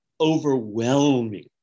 overwhelming